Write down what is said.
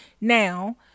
Now